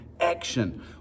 action